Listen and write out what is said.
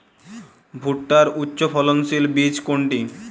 ভূট্টার উচ্চফলনশীল বীজ কোনটি?